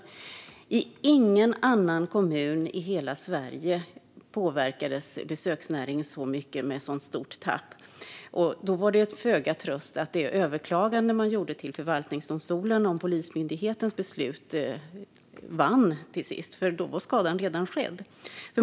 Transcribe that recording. Besöksnäringen påverkades inte så mycket och med ett så stort tapp i någon annan kommun i hela Sverige. Då var det en föga tröst att man vann det överklagande som man gjorde till förvaltningsdomstolen om Polismyndighetens beslut. Då var skadan redan skedd.